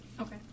Okay